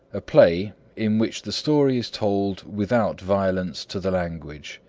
a play in which the story is told without violence to the language.